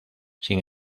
sin